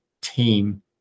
team